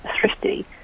thrifty